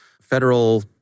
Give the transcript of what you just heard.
federal